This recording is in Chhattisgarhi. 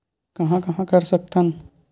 कहां कहां कर सकथन?